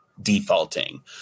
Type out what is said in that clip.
Defaulting